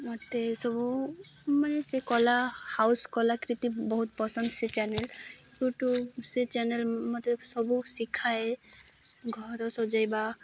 ମୋତେ ସବୁ ମାନେ ସେ କଲା ହାଉସ୍ କଲାକ୍ରିତ୍ତି ବହୁତ ପସନ୍ଦ ସେ ଚ୍ୟାନେଲ୍ ୟୁଟ୍ୟୁବ୍ ସେ ଚ୍ୟାନେଲ୍ ମୋତେ ସବୁ ଶିଖାଏ ଘର ସଜାଇବା